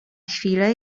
chwilę